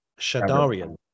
Shadarian